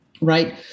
right